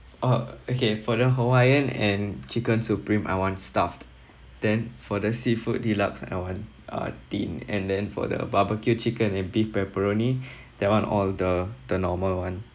oh okay for the hawaiian and chicken supreme I want stuffed then for the seafood deluxe I want uh thin and then for the barbecue chicken and beef pepperoni that one all the the normal [one]